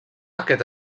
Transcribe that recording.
aquest